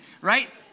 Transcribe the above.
right